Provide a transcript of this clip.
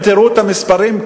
אם תראו את המספרים,